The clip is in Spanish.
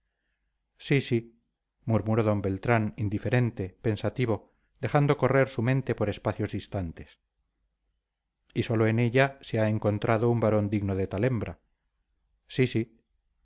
sí sí murmuró d beltrán indiferente pensativo dejando correr su mente por espacios distantes y sólo en ella se ha encontrado un varón digno de tal hembra sí sí